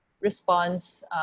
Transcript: response